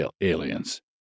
aliens